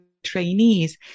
trainees